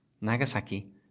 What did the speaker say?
Nagasaki